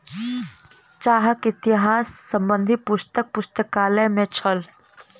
चाहक इतिहास संबंधी पुस्तक पुस्तकालय में छल